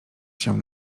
się